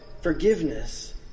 forgiveness